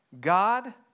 God